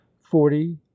forty